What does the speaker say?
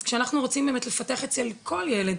אז כשאנחנו רוצים לפתח אצל כל ילד,